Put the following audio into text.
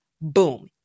Boom